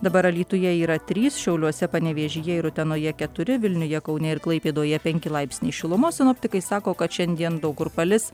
dabar alytuje yra trys šiauliuose panevėžyje ir utenoje keturi vilniuje kaune ir klaipėdoje penki laipsniai šilumos sinoptikai sako kad šiandien daug kur palis